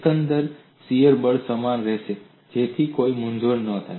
એકંદર શીયર બળ સમાન રહેશે જેથી કોઈ મૂંઝવણ ન થાય